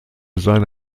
seine